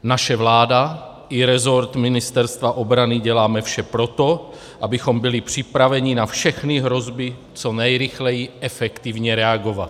Naše vláda i resort Ministerstva obrany děláme vše pro to, abychom byli připraveni na všechny hrozby co nejrychleji efektivně reagovat.